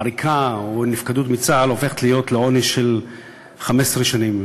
כל עריקה או נפקדות מצה"ל העונש הוא של 15 שנים.